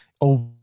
over